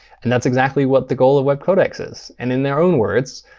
and that's exactly what the goal of webcodecs is. and in their own words,